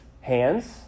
hands